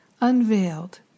unveiled